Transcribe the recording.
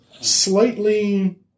slightly